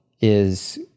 is-